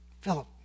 Philip